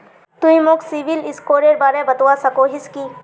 तुई मोक सिबिल स्कोरेर बारे बतवा सकोहिस कि?